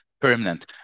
permanent